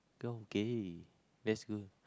okay that's good